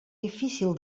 difícil